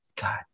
god